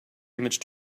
image